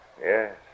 Yes